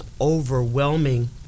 overwhelming